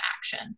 action